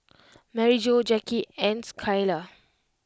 Maryjo Jacky and Schuyler